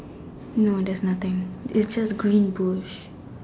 no there's nothing it's just green bush